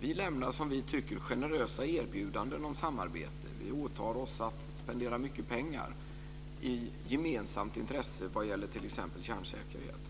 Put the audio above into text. Vi lämnar som vi tycker generösa erbjudanden om samarbete. Vi åtar oss att spendera mycket pengar på gemensamma intressen. Det gäller t.ex. kärnsäkerhet.